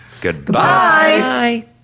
Goodbye